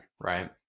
right